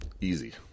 Easy